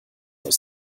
aus